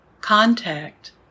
contact